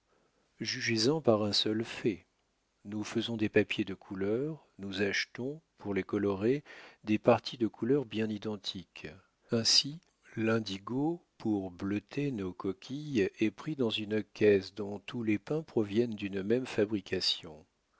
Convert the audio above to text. jugez-en par un seul fait nous faisons des papiers de couleur nous achetons pour les colorer des parties de couleur bien identiques ainsi l'indigo pour bleuter nos coquilles est pris dans une caisse dont tous les pains proviennent d'une même fabrication